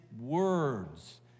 words